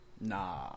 Nah